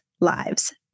lives